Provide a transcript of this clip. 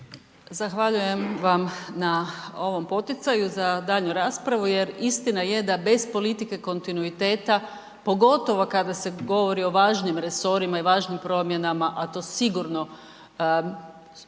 Zahvaljujem vam na ovom poticaju za daljnju raspravu jer istina je da bez politike kontinuiteta, pogotovo kada se govori o važnim resorima i važnim promjenama, a to sigurno promjene u